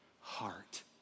heart